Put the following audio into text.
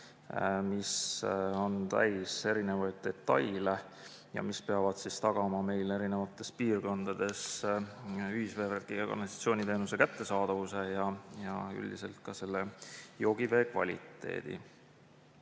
mis on täis erinevaid detaile ja mis peab tagama meile eri piirkondades ühisveevärgi ja -kanalisatsiooni teenuse kättesaadavuse, üldiselt ka joogivee kvaliteedi.